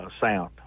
sound